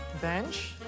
bench